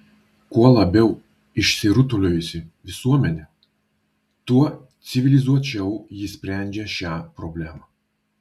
kuo labiau išsirutuliojusi visuomenė tuo civilizuočiau ji sprendžia šią problemą